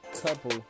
couple